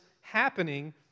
happening